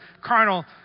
carnal